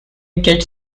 get